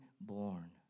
born